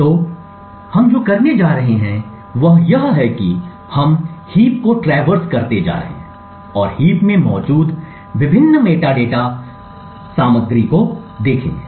तो हम जो करने जा रहे हैं वह यह है कि हम हीप को ट्रैवर्स करते जा रहे हैं और हीप में मौजूद विभिन्न मेटाडेटा सामग्री को देखेंगे